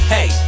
Hey